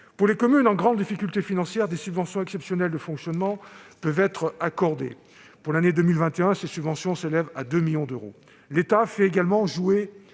Pour les communes en grandes difficultés financières, des subventions exceptionnelles de fonctionnement peuvent être accordées. Pour l'année 2021, ces subventions s'élèvent à 2 millions d'euros. L'État fait également jouer